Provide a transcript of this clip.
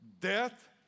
Death